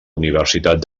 universitat